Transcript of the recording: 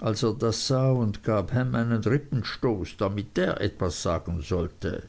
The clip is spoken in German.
als er das sah und gab ham einen rippenstoß damit der etwas sagen sollte